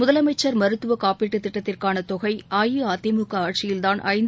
முதலமைச்சர் மருத்துவ காப்பீட்டுத் திட்டத்திற்கான தொகை அஇஅதிமுக ஆட்சியில்தான் ஐந்து